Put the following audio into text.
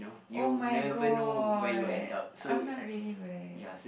oh-my-god I'm not ready for this